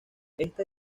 esta